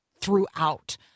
throughout